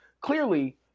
clearly